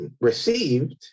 Received